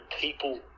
people